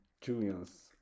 julian's